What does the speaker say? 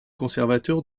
conservateur